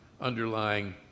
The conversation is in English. underlying